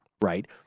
right